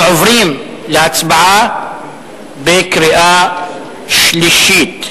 אנחנו עוברים להצבעה בקריאה שלישית.